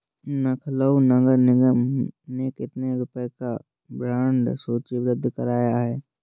लखनऊ नगर निगम ने कितने रुपए का बॉन्ड सूचीबद्ध कराया है?